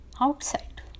outside